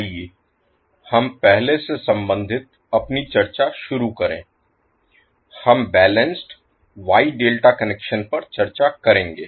आइए हम पहले से संबंधित अपनी चर्चा शुरू करें हम बैलेंस्ड Y ∆ कनेक्शन पर चर्चा करेंगे